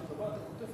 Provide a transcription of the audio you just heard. ההצעה